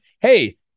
Hey